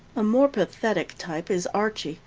a more pathetic type is archie,